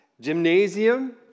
gymnasium